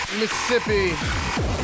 Mississippi